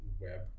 web